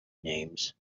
names